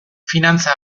finantza